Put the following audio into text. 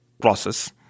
process